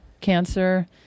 cancer